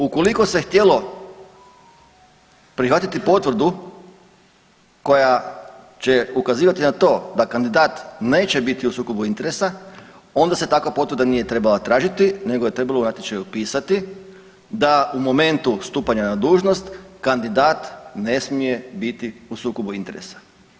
Ukoliko se htjelo prihvatiti potvrdu koja će ukazivati na to da kandidat neće biti u sukobu interesa, onda se takva potvrda nije trebala tražiti nego je trebalo u natječaju pisati da u momentu stupanja na dužnost, kandidat ne smije biti u sukobu interesa.